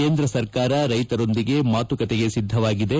ಕೇಂದ್ರ ಸರ್ಕಾರ ರೈತರೊಂದಿಗೆ ಮಾತುಕತೆಗೆ ಸಿದ್ದವಾಗಿದೆ